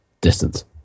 distance